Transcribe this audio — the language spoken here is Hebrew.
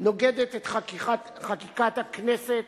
נוגדת את חקיקת הכנסת